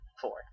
four